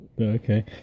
Okay